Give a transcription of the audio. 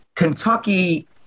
Kentucky